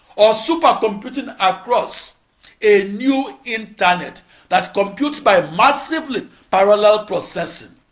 or supercomputing across a new internet that computes by massively parallel processing.